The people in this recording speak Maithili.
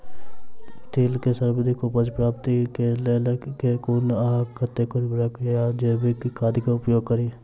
तिल केँ सर्वाधिक उपज प्राप्ति केँ लेल केँ कुन आ कतेक उर्वरक वा जैविक खाद केँ उपयोग करि?